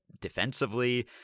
defensively